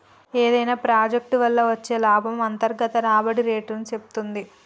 ఏదైనా ప్రాజెక్ట్ వల్ల వచ్చే లాభము అంతర్గత రాబడి రేటుని సేప్తుంది